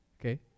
Okay